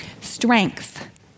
Strength